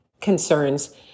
concerns